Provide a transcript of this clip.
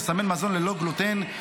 לסמן מזון ללא גלוטן,